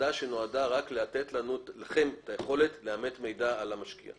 נועדה לתת לכם את היכולת לאמת מידע על המשקיע.